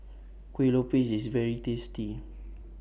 Kuih Lopes IS very tasty